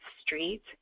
Street